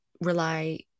rely